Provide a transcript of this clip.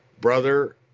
Brother